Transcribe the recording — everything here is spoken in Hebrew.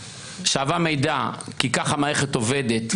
כי כך המערכת עובדת.